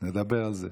נדבר על זה.